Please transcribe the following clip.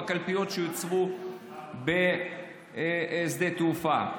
בקלפיות שיוצבו בשדה התעופה.